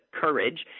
courage